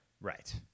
Right